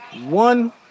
One